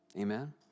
Amen